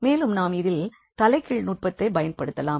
மேலும் நாம் இதில் தலைகீழ் நுட்பத்தை பயன்படுத்தலாம்